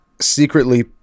secretly